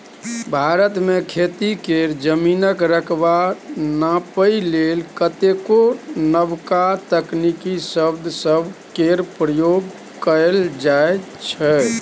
भारत मे खेती केर जमीनक रकबा नापइ लेल कतेको नबका तकनीकी शब्द सब केर प्रयोग कएल जाइ छै